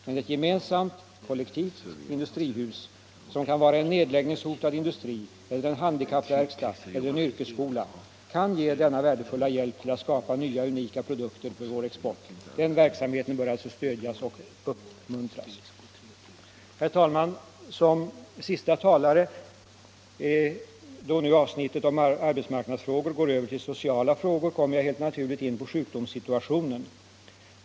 Men ett gemensamt — kollektivt —- industrihus, som kan vara en nedläggningshotad industri eller en handikappverkstad eller en yrkesskola, kan ge denna värdefulla hjälp till att skapa nya unika produkter för vår export. Den verksamheten bör alltså stödjas och uppmuntras. Herr talman! Som siste talare då vi nu från avsnittet om arbetsmarknadsfrågor går över till sociala frågor kommer jag helt naturligt in på sjukdomssituationen.